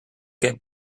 get